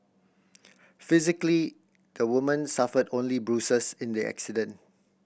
physically the woman suffered only bruises in the accident